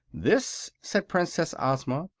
this, said princess ozma,